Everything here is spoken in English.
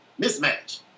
mismatch